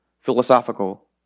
philosophical